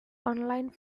online